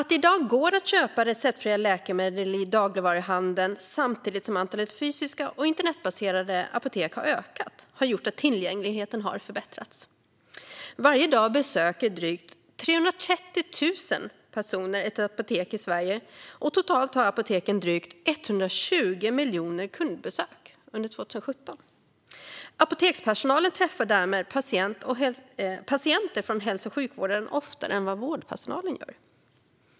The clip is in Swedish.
I dag går det att köpa receptfria läkemedel i dagligvaruhandeln, och samtidigt har antalet fysiska och internetbaserade apotek ökat. Det har gjort att tillgängligheten har förbättrats. Varje dag besöker drygt 330 000 personer något apotek i Sverige. Totalt hade apoteken drygt 120 miljoner kundbesök 2017. Apotekspersonalen träffar därmed patienter från hälso och sjukvården oftare än vad vårdpersonalen gör.